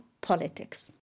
politics